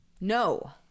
No